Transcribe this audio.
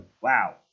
Wow